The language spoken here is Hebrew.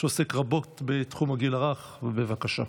שעוסק רבות בתחום הגיל הרך, בבקשה.